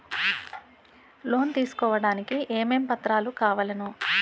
Loan తీసుకోడానికి ఏమేం పత్రాలు కావలెను?